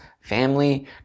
family